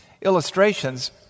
illustrations